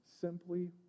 simply